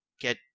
get